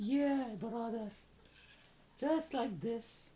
yeah just like this